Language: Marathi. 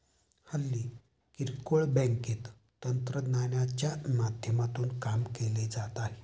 हल्ली किरकोळ बँकेत तंत्रज्ञानाच्या माध्यमातून काम केले जात आहे